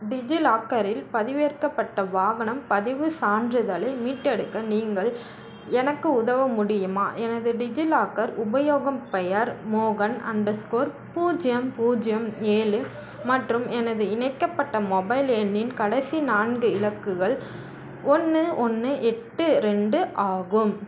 டிஜிலாக்கரில் பதிவேற்கப்பட்ட வாகனம் பதிவுச் சான்றிதழை மீட்டெடுக்க நீங்கள் எனக்கு உதவ முடியுமா எனது டிஜிலாக்கர் உபயோகம் பெயர் மோகன் அண்டர் ஸ்கோர் பூஜ்ஜியம் பூஜ்ஜியம் ஏழு மற்றும் எனது இணைக்கப்பட்ட மொபைல் எண்ணின் கடைசி நான்கு இலக்குகள் ஒன்று ஒன்று எட்டு ரெண்டு ஆகும்